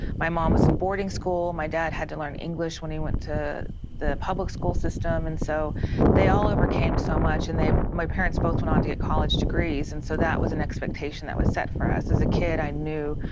my mom was in boarding school. my dad had to learn english when he went to the public school system, and so they all overcame so much, and my parents both went on to get college degrees and so that was an expectation that was set for us. as a kid i knew,